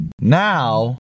Now